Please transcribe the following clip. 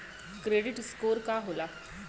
Credit score का होला?